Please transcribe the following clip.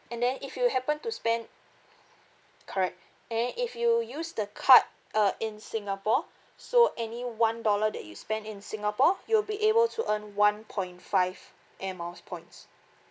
and then if you happen to spend correct and then if you use the card uh in singapore so any one dollar that you spend in singapore you will be able to earn one point five Air Miles points